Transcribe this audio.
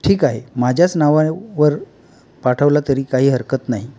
ठीक आहे माझ्याच नावावर पाठवला तरी काही हरकत नाही